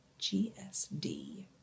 GSD